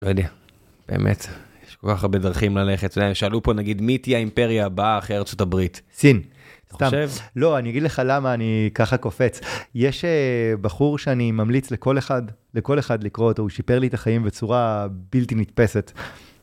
לא יודע, באמת, יש כל כך הרבה דרכים ללכת. שאלו פה נגיד, מי תהיה האימפריה הבאה אחרי ארה״ב? סין. אתה חושב? לא, אני אגיד לך למה אני ככה קופץ. יש בחור שאני ממליץ לכל אחד לקרוא אותו, הוא שיפר לי את החיים בצורה בלתי נתפסת.